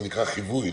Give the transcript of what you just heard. זה נקרא חיווי,